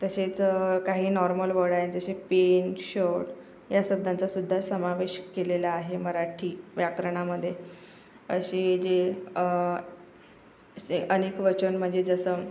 तसेच काही normal word आहे जसे पेन शर्ट या शब्दांचासुद्धा समावेश केलेला आहे मराठी व्याकरणामध्ये अशी जे से अनेकवचन म्हणजे जसं